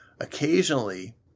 occasionally